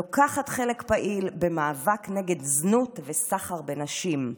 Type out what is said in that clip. לוקחת חלק פעיל במאבק נגד זנות וסחר בנשים,